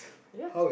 ya